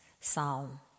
psalm